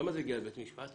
למה זה הגיע לבית משפט?